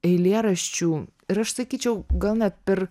eilėraščių ir aš sakyčiau gal net per